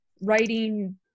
writing